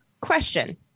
Question